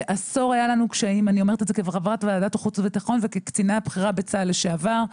אני אומרת את זה כחברת ועדת חוץ וביטחון וכקצינה בכירה בצה"ל לשעבר,